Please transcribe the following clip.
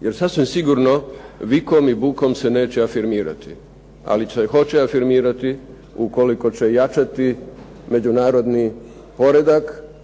Jer sasvim sigurno vikom i bukom se neće afirmirati, ali se hoće afirmirati ukoliko će jačati međunarodni poredak,